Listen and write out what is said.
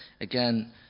again